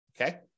okay